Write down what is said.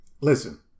Listen